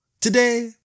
Today